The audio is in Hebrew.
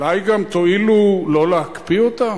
אולי גם תואילו לא להקפיא אותה?